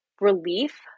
relief